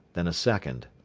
then a second.